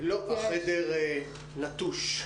החדר נטוש.